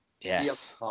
Yes